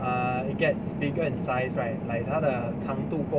err it gets bigger in size right like 它的长度